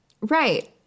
Right